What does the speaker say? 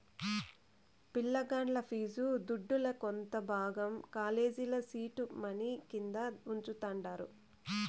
పిలగాల్ల ఫీజు దుడ్డుల కొంత భాగం కాలేజీల సీడ్ మనీ కింద వుంచతండారు